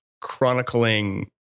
chronicling